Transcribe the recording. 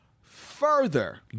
further